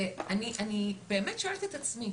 אני באמת שואלת את עצמי: